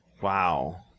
wow